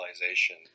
realization